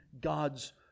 God's